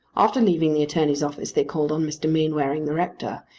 after leaving the attorney's office they called on mr. mainwaring the rector,